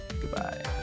goodbye